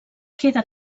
queda